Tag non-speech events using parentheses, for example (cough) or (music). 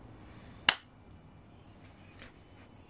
(noise)